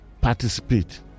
participate